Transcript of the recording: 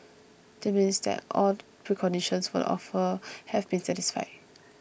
this means that all preconditions for the offer have been satisfied